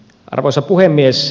arvoisa puhemies